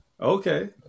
Okay